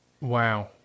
Wow